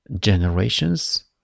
generations